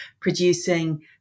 producing